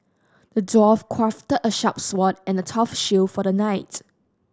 the dwarf crafted a sharp sword and a tough shield for the knight